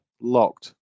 locked